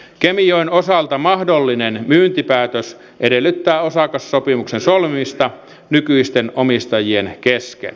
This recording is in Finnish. kemijoen osalta mahdollinen myyntipäätös edellyttää osakassopimuksen solmimista nykyisten omistajien kesken